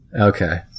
Okay